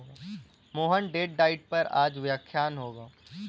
Mohan date diet पर आज व्याख्यान होगा